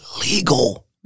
legal